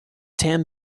ten